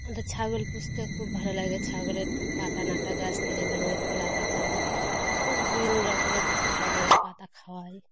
আমাদের ছাগল পুষতে খুব ভালো লাগে ছাগলের পাতা নাতা গাছ থেকে ভেঙে কলা পাতা বিভিন্ন রকমের ফল পাকুড়ের পাতা খাওয়াই